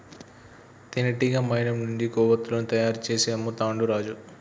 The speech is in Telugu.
తేనెటీగ మైనం నుండి కొవ్వతులను తయారు చేసి అమ్ముతాండు రాజు